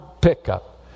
pickup